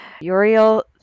Uriel